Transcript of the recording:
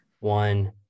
One